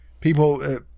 people